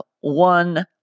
one